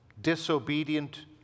disobedient